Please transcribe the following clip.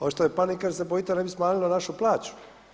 Očito je panika jer se bojite da ne bi smanjili našu plaću.